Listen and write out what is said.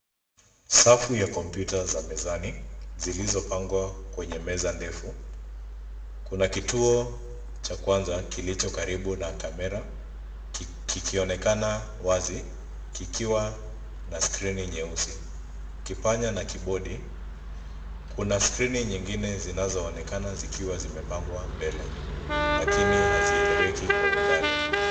Safu ya kompyuta za mezani zilizopangwa kwenye meza ndefu. Kuna kituo cha kwanza kilicho karibu na kamera kikionekana wazi, kikiwa na skrini nyeusi, kipanya na kibodi. Kuna skrini nyingine zinazoonekana zikiwa zimepangwa mbele, lakini hazieleweki kwa undani.